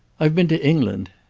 i've been to england.